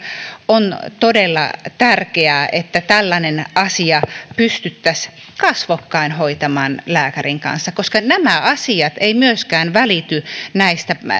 on todella tärkeää että tällainen asia pystyttäisiin kasvokkain hoitamaan lääkärin kanssa koska nämä asiat eivät myöskään välity